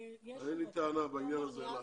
אין לי טענה בעניין הזה.